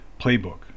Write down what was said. playbook